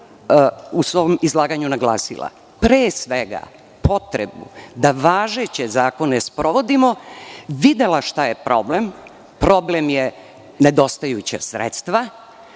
u svom izlaganju naglasila pre svega potrebu da važeće zakone sprovodimo, videla šta je problem, problem su nedostajuća sredstva,